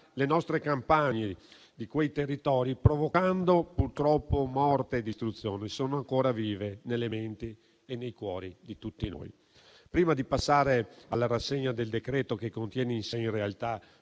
le nostre campagne, provocando purtroppo morte e distruzione, sono ancora vive nelle menti e nei cuori di tutti noi. Prima di passare alla rassegna del decreto-legge, che in realtà